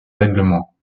règlement